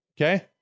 Okay